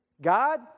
God